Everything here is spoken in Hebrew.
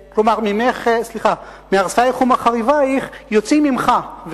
מהרסייך ומחריבייך יוצאים ממך,